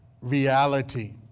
reality